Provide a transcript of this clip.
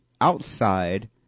outside